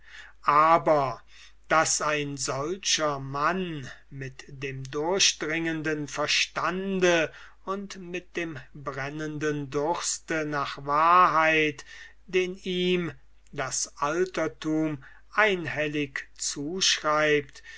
aber daß ein solcher mann mit dem durchdringenden verstande und mit dem brennenden durste nach wahrheit den ihm das altertum einhellig zuschreibt